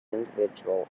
individual